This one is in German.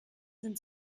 sind